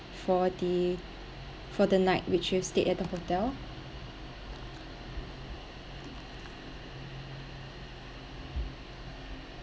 for the for the night which you've stayed at the hotel